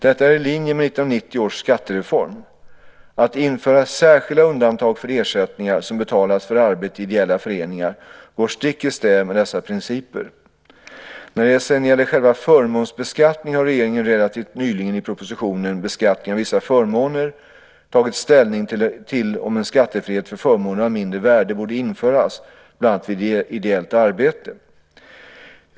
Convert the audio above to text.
Detta är i linje med 1990 års skattereform. Att införa särskilda undantag för ersättningar som betalas för arbete i ideella föreningar går stick i stäv med dessa principer. När det sedan gäller själva förmånsbeskattningen har regeringen relativt nyligen i propositionen Beskattning av vissa förmåner tagit ställning till om en skattefrihet för förmåner av mindre värde borde införas, bland annat vid ideellt arbete.